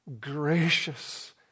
gracious